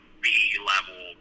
B-level